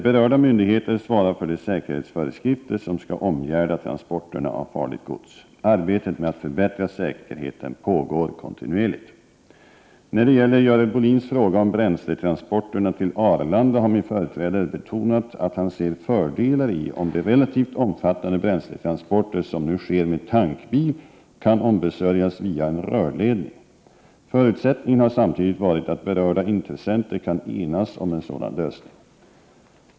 Berörda myndigheter svarar för de säkerhetsföreskrifter som skall omgärda transporterna av farligt gods. Arbetet med att förbättra säkerheten pågår kontinuerligt. När det gäller Görel Bohlins fråga om bränsletransporterna till Arlanda — Prot. 1988/89:124 har min företrädare betonat att han ser fördelar i om de relativt omfattande 30 maj 1989 bränsletransporter som nu sker med tankbil kan ombesörjas via en rörledning. Förutsättningen har samtidigt varit att berörda intressenter kan enas om en sådan lösning.